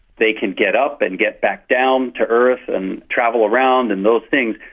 they can get up and get back down to earth and travel around and those things,